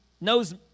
knows